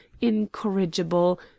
incorrigible